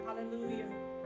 Hallelujah